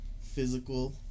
physical